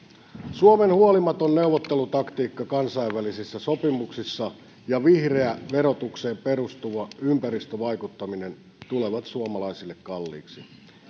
suomen huolimaton neuvottelutaktiikka kansainvälisissä sopimuksissa ja vihreä verotukseen perustuva ympäristövaikuttaminen tulevat suomalaisille kalliiksi